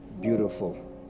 beautiful